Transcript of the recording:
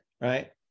right